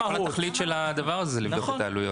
התכלית של הדבר הזה זה לבדוק את העלויות.